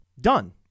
Done